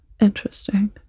Interesting